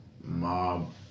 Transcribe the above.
mob